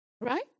Right